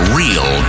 real